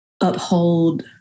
uphold